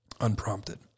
Unprompted